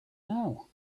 now